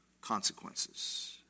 consequences